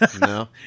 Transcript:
no